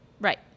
Right